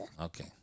Okay